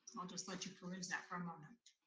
i'll just let you peruse that for a moment.